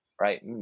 right